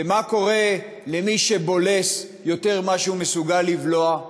ומה קורה למי שבולס יותר ממה שהוא מסוגל לבלוע?